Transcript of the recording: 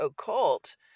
occult